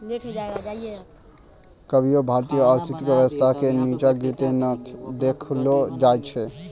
कभियो भारतीय आर्थिक व्यवस्था के नींचा गिरते नै देखलो जाय छै